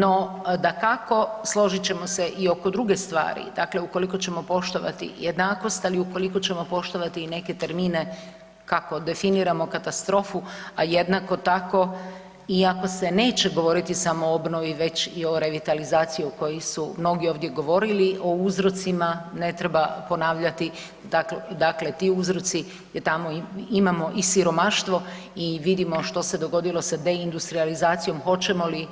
No dakako složit ćemo se i oko druge stvari, dakle ukoliko ćemo poštovati jednakost, ali i ukoliko ćemo poštovati neke termine kako definiramo katastrofu, a jednako tako i ako se neće govorit samo o obnovi već i o revitalizaciji o kojoj su mnogi ovdje govorili, o uzrocima ne treba ponavljati, dakle ti uzroci jer tamo imamo i siromaštvo i vidimo što se dogodilo sa deindustrijalizacijom, hoćemo li